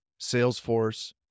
Salesforce